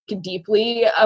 deeply